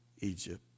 Egypt